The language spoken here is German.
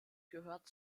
gehört